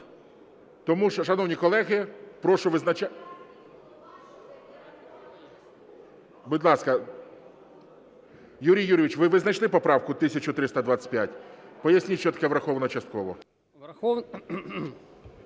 Тому, шановні колеги, прошу... Будь ласка. Юрій Юрійович, ви знайшли поправку 1325? Поясніть, що таке "враховано частково".